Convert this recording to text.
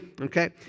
Okay